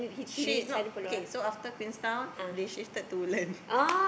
she not okay after Queenstown they shifted to Woodland